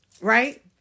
Right